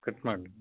cut ಮಾಡಿ